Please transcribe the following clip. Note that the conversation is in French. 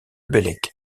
bellec